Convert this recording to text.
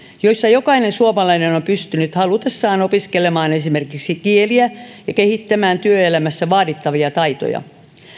joissa jokainen suomalainen on on pystynyt halutessaan opiskelemaan esimerkiksi kieliä ja kehittämään työelämässä vaadittavia taitoja